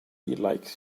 likes